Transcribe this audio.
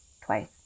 twice